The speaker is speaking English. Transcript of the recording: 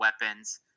weapons